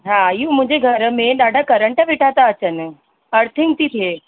हा इयो मुंहिंजे घर में ॾाढा करंट बीठा था अचनि अर्थिंग थी थिए